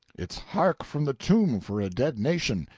it's hark from the tomb for a dead nation,